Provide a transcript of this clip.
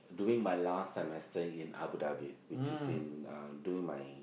doing my last semester in Abu-Dhabi which is in doing my